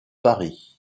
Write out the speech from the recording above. paris